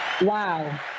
Wow